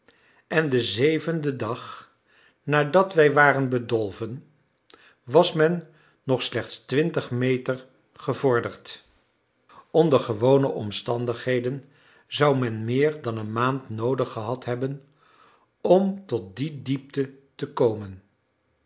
en den zevenden dag nadat wij waren bedolven was men nog slechts twintig meter gevorderd onder gewone omstandigheden zou men meer dan een maand noodig gehad hebben om tot die diepte te komen